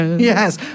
yes